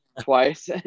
twice